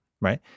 Right